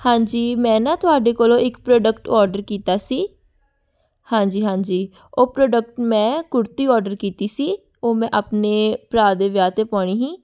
ਹਾਂਜੀ ਮੈਂ ਨਾ ਤੁਹਾਡੇ ਕੋਲੋਂ ਇੱਕ ਪ੍ਰੋਡਕਟ ਆਰਡਰ ਕੀਤਾ ਸੀ ਹਾਂਜੀ ਹਾਂਜੀ ਉਹ ਪ੍ਰੋਡਕਟ ਮੈਂ ਕੁੜਤੀ ਆਰਡਰ ਕੀਤੀ ਸੀ ਉਹ ਮੈਂ ਆਪਣੇ ਭਰਾ ਦੇ ਵਿਆਹ 'ਤੇ ਪਾਉਣੀ ਸੀ